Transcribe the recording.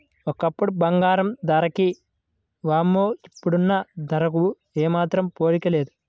ఒకప్పుడు బంగారం ధరకి వామ్మో ఇప్పుడున్న ధరలకు ఏమాత్రం పోలికే లేదు